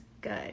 Good